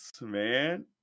man